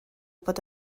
bod